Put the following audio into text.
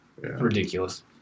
ridiculous